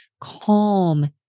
calm